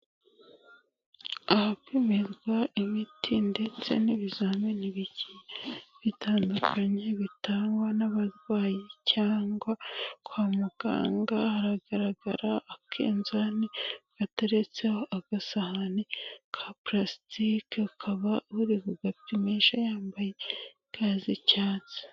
Ahapimirwa imiti ndetse n'ibizamini bigiye bitandukanye bitangwa n'abarwayi cyangwa kwa muganga, haragaragara akenzani gateretseho agasahani ka pulastike hakaba uri bugapimisha yambaye ga z'icyatsi.